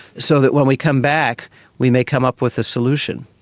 so that when we come back we may come up with a solution.